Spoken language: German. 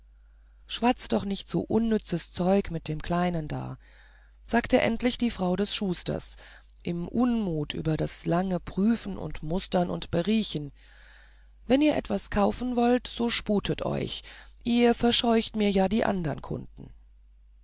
schwatzt doch nicht so unnützes zeug mit dem kleinen da sagte endlich die frau des schusters im unmut über das lange prüfen mustern und beriechen wenn ihr etwas kaufen wollt so sputet euch ihr verscheucht mir ja die andern kunden